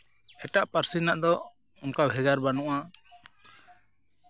ᱮᱴᱟᱜ ᱯᱟᱹᱨᱥᱤ ᱨᱮᱱᱟᱜ ᱫᱚ ᱚᱱᱠᱟ ᱵᱷᱮᱜᱟᱨ ᱵᱟᱹᱱᱩᱜᱼᱟ